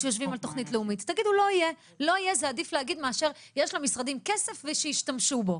דיוני התקציב, אנחנו מקווים,